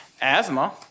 asthma